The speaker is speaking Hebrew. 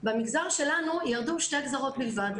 במגזר שלנו ירדו שתי גזרות בלבד,